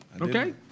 Okay